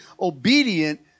obedient